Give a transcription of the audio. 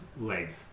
legs